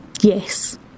Yes